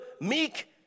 meek